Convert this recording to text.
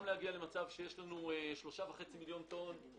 להגיע למצב שיש לנו 3.5 מיליון טון או